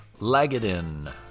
Lagadin